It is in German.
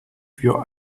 für